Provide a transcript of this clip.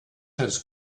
had